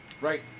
Right